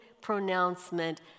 pronouncement